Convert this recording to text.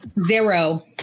zero